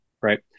right